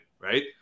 right